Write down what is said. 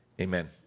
Amen